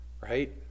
right